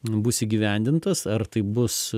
bus įgyvendintas ar tai bus